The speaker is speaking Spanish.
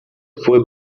fue